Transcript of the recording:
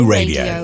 Radio